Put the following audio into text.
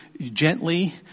gently